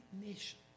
nation